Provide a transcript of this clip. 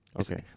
Okay